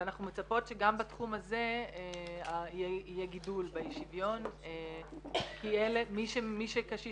ואנחנו מצפות שגם בתחום הזה יהיה גידול באי שוויון כי מי שקשיש